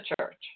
church